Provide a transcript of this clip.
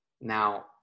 Now